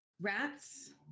rats